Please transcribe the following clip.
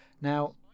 Now